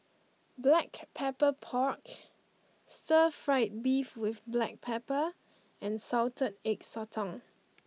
Black Pepper Pork Stir Fried Beef with Black Pepper and Salted Egg Sotong